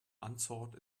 unsought